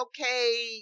okay